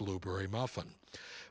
blueberry muffin